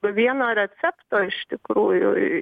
vieno recepto iš tikrųjų